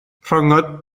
rhyngot